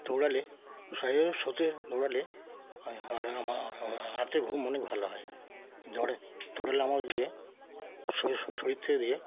দৌড়ালে শরীর সতেজ দৌড়ালে রাতে ঘুম অনেক ভালো হয় দৌড়া দৌড়ালে আমা গিয়ে শরীর থেকে দিয়ে